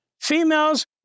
females